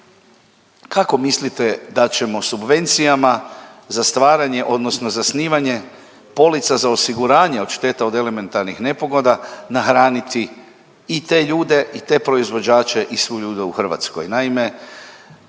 kako mislite da ćemo subvencijama za stvaranje odnosno zasnivanje polica za osiguranje od šteta od elementarnih nepogoda nahraniti i te ljude i te proizvođače i sve ljude u Hrvatskoj.